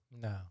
No